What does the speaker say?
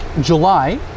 July